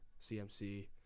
CMC